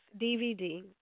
DVD